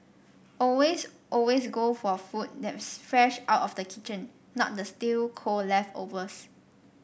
always always go for food that's fresh out of the kitchen not the stale cold leftovers